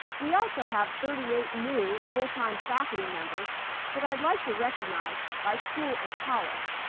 we also have thirty eight new, full-time faculty members that i'd like to recognize by school and college.